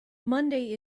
monday